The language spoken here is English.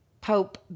Pope